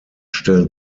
stellen